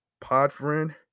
Podfriend